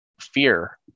fear